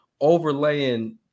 overlaying